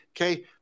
Okay